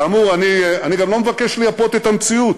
כאמור, אני גם לא מבקש לייפות את המציאות,